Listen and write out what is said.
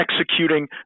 executing